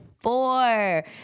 four